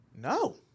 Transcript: No